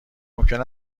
ممکن